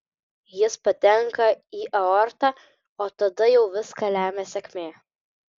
jis patenka į aortą o tada jau viską lemia sėkmė